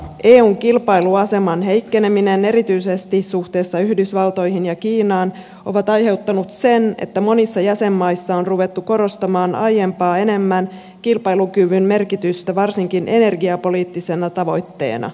eun kilpailuaseman heikkeneminen erityisesti suhteessa yhdysvaltoihin ja kiinaan on aiheuttanut sen että monissa jäsenmaissa on ruvettu korostamaan aiempaa enemmän kilpailukyvyn merkitystä varsinkin energiapoliittisena tavoitteena